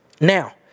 now